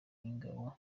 ingabo